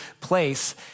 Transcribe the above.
place